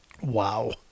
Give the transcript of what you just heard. Wow